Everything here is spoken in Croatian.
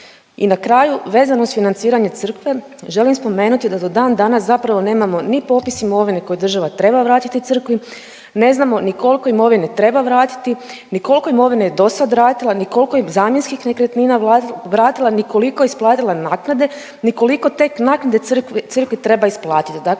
I na kraju vezano uz financiranje crkve želim spomenuti da do dan danas zapravo nemamo ni popis imovine koji država treba vratiti crkvi, ne znamo ni koliko imovine treba vratiti, ni koliko imovine je dosad vratila, ni kolko im je zamjenskih nekretnina vratila, ni koliko isplatila naknade, ni koliko tek naknade crkvi, crkvi treba isplatit,